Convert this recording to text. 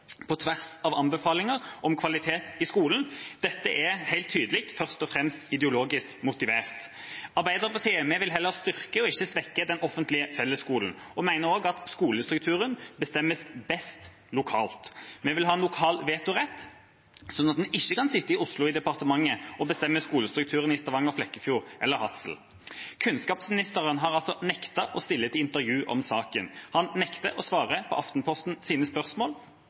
på tvers av anbefalinger om kvalitet i skolen. Dette er helt tydelig først og fremst ideologisk motivert. Vi i Arbeiderpartiet vil heller styrke og ikke svekke den offentlige fellesskolen. Vi mener også at skolestrukturen bestemmes best lokalt. Vi vil ha en lokal vetorett, slik at man ikke kan sitte i Oslo, i departementet, og bestemme skolestrukturen i Stavanger, Flekkefjord eller Hadsel. Kunnskapsministeren har nektet å stille til intervju om saken. Han nekter å svare på Aftenpostens spørsmål. Så jeg vil nå gjenta et spørsmål